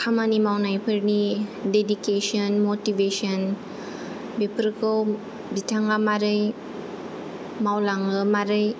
खामानि मावनायफोरनि dedication motivation बेफोरखौ बिथाङा मारै मावलाङो मारै